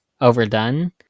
overdone